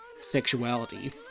sexuality